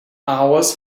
hours